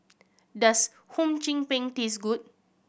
does Hum Chim Peng taste good